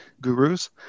gurus